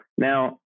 Now